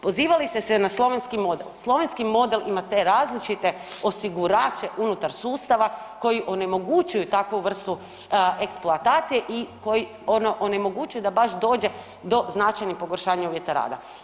Pozivali ste se na slovenski model, slovenski model ima te različite osigurače unutar sustava koji onemogućuju takvu vrstu eksploatacije i koji onemogućuju da baš dođe do značajnih pogoršanja uvjeta rada.